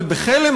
אבל בחלם,